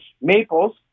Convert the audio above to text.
Maples